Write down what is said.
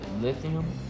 lithium